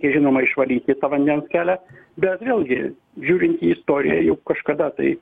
ir žinoma išvalyti tą vandens kelią bet vėlgi žiūrint į istoriją juk kažkada tai